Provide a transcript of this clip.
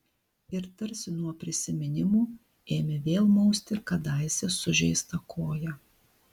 ir tarsi nuo prisiminimų ėmė vėl mausti kadaise sužeistą koją